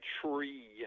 tree